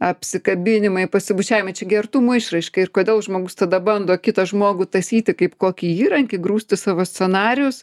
apsikabinimai pasibučiavimai čia gi artumo išraiška ir kodėl žmogus tada bando kitą žmogų tąsyti kaip kokį įrankį grūsti savo scenarijus